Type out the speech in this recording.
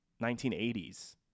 1980s